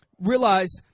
Realize